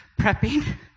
prepping